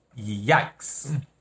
Yikes